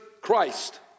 Christ